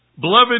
Beloved